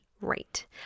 Right